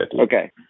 okay